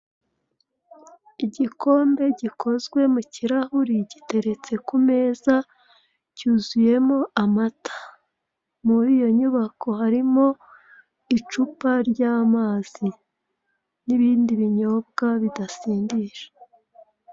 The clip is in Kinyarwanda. Igikombe gikozwe mu kirahure giteretse ku meza cyuzuyemo amata, muri iyo nyubako harimo icupa ry'amazi n'ibindi binyobwa bidasindisha.